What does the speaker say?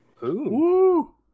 Woo